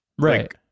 Right